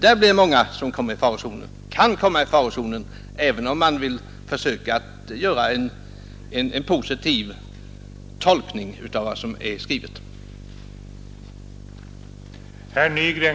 Då blir det många som kan komma i farozonen, även om man vill försöka göra en positiv tolkning av skrivningen.